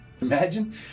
Imagine